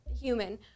human